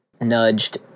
nudged